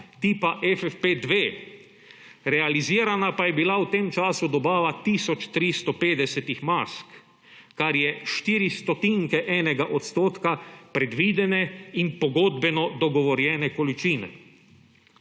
tipa FFP2, realizirana pa je bila v tem času dobava tisoč 350 mask, kar je 4 stotinke enega odstotka predvidene in pogodbeno dogovorjene količine.